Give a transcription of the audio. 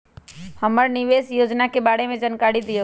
हमरा निवेस योजना के बारे में जानकारी दीउ?